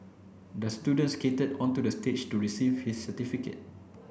the student skated onto the stage to receive his certificate